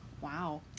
Wow